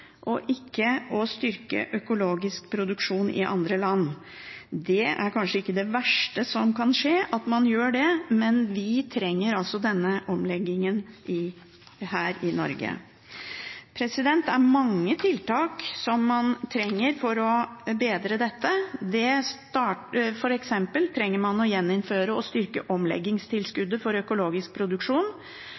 og ikke om å styrke økologisk produksjon i andre land. Det er kanskje ikke det verste som kan skje at man gjør det, men vi trenger denne omleggingen her i Norge. Det er mange tiltak som man trenger for å bedre dette. For eksempel trenger man å gjeninnføre og styrke omleggingstilskuddet for økologisk produksjon